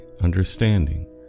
understanding